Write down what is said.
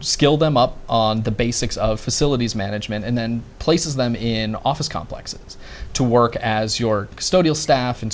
skilled them up on the basics of facilities management and then places them in office complexes to work as your staff and